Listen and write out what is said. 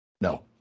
No